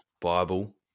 Bible